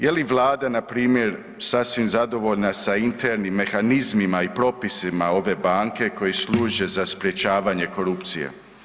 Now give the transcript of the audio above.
Je li vlada npr. sasvim zadovoljna sa internim mehanizmima i propisima ove banke koji služe za sprječavanje korupcije?